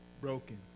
broken